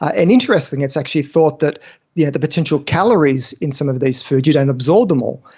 and, interestingly, it's actually thought that yeah the but actual calories in some of these foods you don't absorb them all.